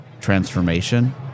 transformation